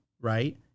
right